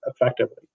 effectively